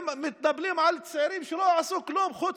מתנפלים על צעירים שלא עשו כלום חוץ